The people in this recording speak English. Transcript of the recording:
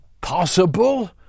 possible